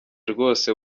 rwose